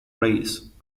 race